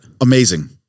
Amazing